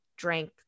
Drank